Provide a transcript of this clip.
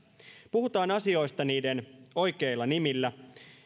puhutaan asioista niiden oikeilla nimillä